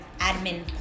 admin